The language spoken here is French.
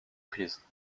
frise